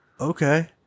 Okay